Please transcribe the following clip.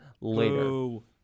later